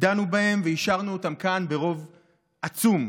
דנו בהם, ואישרנו אותם כאן ברוב עצום.